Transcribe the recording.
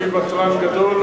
אני ותרן גדול,